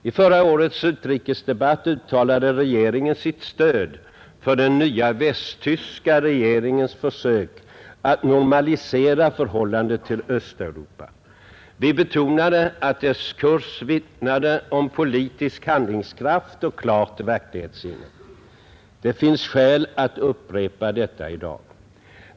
I förra årets utrikesdebatt uttalade regeringen sitt stöd för den nya västtyska regeringens försök att normalisera förhållandet till Östeuropa. Vi betonade att dess kurs vittnade om politisk handlingskraft och klart verklighetssinne. Det finns skäl att upprepa detta i dag.